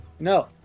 no